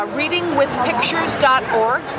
readingwithpictures.org